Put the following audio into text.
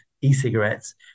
e-cigarettes